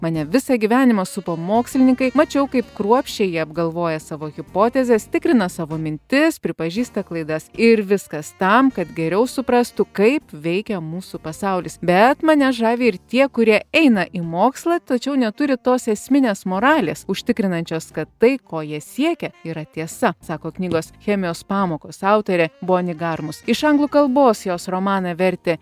mane visą gyvenimą supo mokslininkai mačiau kaip kruopščiai jie apgalvoja savo hipotezes tikrina savo mintis pripažįsta klaidas ir viskas tam kad geriau suprastų kaip veikia mūsų pasaulis bet mane žavi ir tie kurie eina į mokslą tačiau neturi tos esminės moralės užtikrinančios kad tai ko jie siekia yra tiesa sako knygos chemijos pamokos autorė boni garmus iš anglų kalbos jos romaną vertė